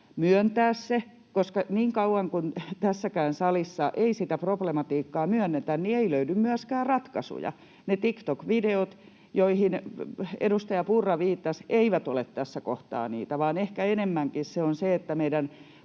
myöntää se, koska niin kauan kuin tässäkään salissa ei sitä problematiikkaa myönnetä, ei löydy myöskään ratkaisuja. Ne TikTok-videot, joihin edustaja Purra viittasi, eivät ole tässä kohtaa niitä, vaan ehkä enemmänkin kyse on siitä, että meidän